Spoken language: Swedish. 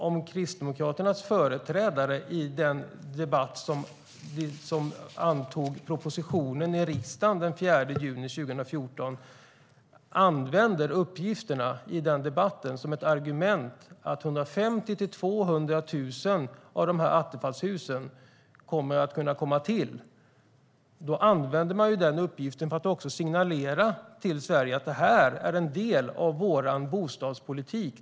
Om Kristdemokraternas företrädare i den debatt i riksdagen då propositionen antogs, den 4 juni 2014, använder uppgifterna som ett argument för att 150 000-200 000 av Attefallshusen kommer att kunna komma till använder man dem också för att signalera till Sverige: Det här är en del av vår bostadspolitik.